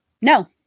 No